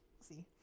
see